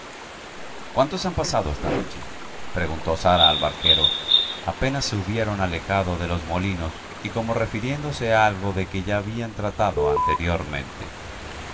cuántos han pasado esta noche preguntó sara al barquero apenas se hubieron alejado de los molinos y como refiriéndose a algo de que ya habían tratado anteriormente